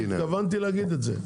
בסדר, התכוונתי להגיד את זה.